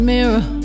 mirror